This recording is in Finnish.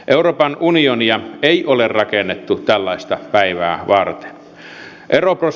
euroopan unionia ei ole rakennettu tällaista päivää varten